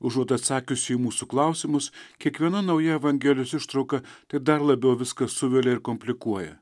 užuot atsakiusi į mūsų klausimus kiekviena nauja evangelijos ištrauka tik dar labiau viską suvelia ir komplikuoja